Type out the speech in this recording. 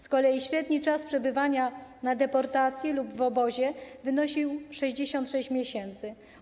Z kolei średni czas przebywania na deportacji lub w obozie wynosił 66 miesięcy.